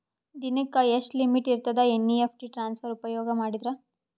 ದಿನಕ್ಕ ಎಷ್ಟ ಲಿಮಿಟ್ ಇರತದ ಎನ್.ಇ.ಎಫ್.ಟಿ ಟ್ರಾನ್ಸಫರ್ ಉಪಯೋಗ ಮಾಡಿದರ?